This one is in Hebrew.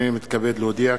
הנני מתכבד להודיע,